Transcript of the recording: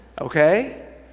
Okay